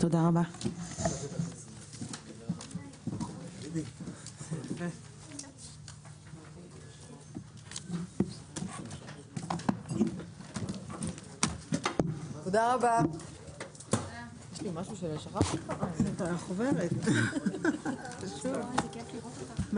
הישיבה ננעלה בשעה 11:55.